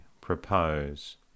propose